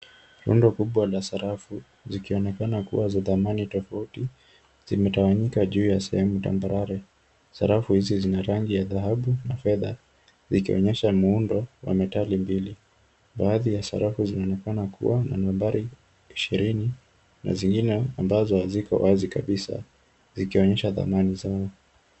Rundo kubwa la sarafu zikionekana kuwa za dhamani tofauti zimetawanyika juu ya sehemu tambarare. Sarafu hizi zina rangi ya dhahabu na fedha zikionyesha muundo wa metali mbili baadhi ya sarafu zinaonekana kuwa na nambari ishirini na zingine ambazo haziko wazi kabisa zikionyesha dhamani sana.